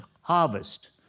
harvest